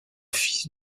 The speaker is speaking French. fils